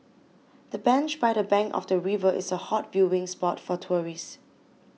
the bench by the bank of the river is a hot viewing spot for tourists